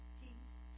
peace